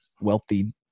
wealthy